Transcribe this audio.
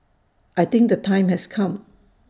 I think the time has come